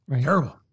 Terrible